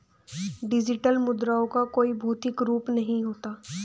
digital मुद्राओं का कोई भौतिक रूप नहीं होता